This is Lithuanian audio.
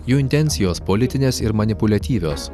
jų intencijos politinės ir manipuliatyvios